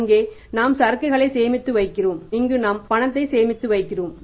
அங்கே நாம் சரக்குகளை சேமித்து வைக்கிறோம் இங்கு நாம் பணத்தை சேமித்து வைக்கிறோம்